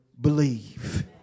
believe